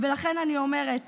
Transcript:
ולכן אני אומרת